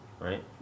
right